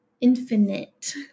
infinite